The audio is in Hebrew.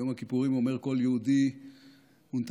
ביום הכיפורים אומר כל יהודי "ונתנה